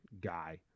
guy